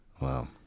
Wow